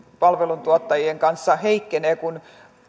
palveluntuottajien kanssa heikkenee kun